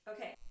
Okay